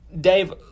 Dave